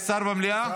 יש שר במליאה?